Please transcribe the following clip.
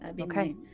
okay